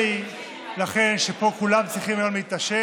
שפה כולם צריכים היום להתעשת,